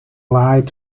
light